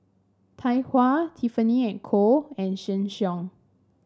Tai Hua Tiffany And Co and Sheng Siong